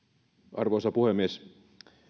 arvoisa puhemies